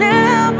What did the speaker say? Now